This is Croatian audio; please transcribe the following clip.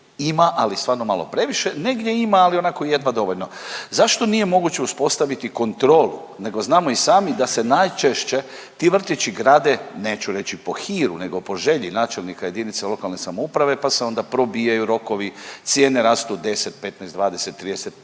ima ali stvarno malo previše, negdje ima ali onako jedva dovoljno. Zašto nije moguće uspostaviti kontrolu, nego znamo i sami da se najčešće ti vrtići grade, neću reći po hiru, nego po želji načelnika jedinice lokalne samouprave pa se onda probijaju rokovi, cijene rastu 10, 15, 20, 30,